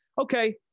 okay